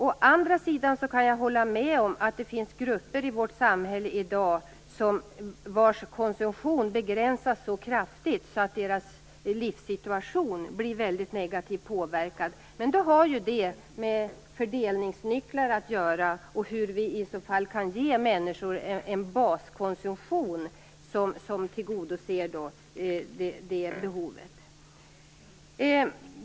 Å andra sidan kan jag hålla med om att det finns grupper i vårt samhälle i dag vilkas konsumtion begränsas så kraftigt att det påverkar deras livssituation väldigt negativt. Men det har med fördelningsnycklar att göra, och med hur vi i så fall kan ge människor en baskonsumtion som tillgodoser behovet.